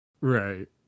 Right